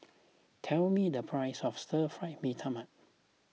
tell me the price of Stir Fried Mee Tai Mak